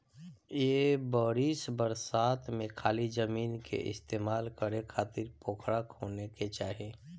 ए बरिस बरसात में खाली जमीन के इस्तेमाल करे खातिर पोखरा खोने के चाही